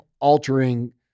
altering